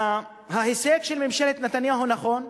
ההישג של ממשלת נתניהו, נכון,